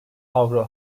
avro